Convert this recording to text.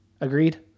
agreed